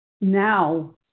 now